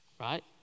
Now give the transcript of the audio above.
right